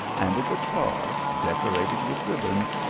and a guitar, decorated with ribands,